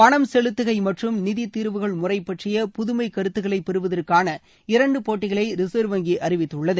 பணம் செலுத்துகை மற்றும் நிதி தீர்வுகள் முறை பற்றிய புதுமைக் கருத்துக்களை பெறுவதற்கான இரண்டு போட்டிகளை ரிசர்வ் வங்கி அறிவித்துள்ளது